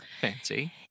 Fancy